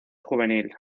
juvenil